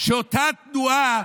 שאותה תנועה